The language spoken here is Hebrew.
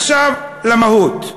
עכשיו למהות.